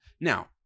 now